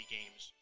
Games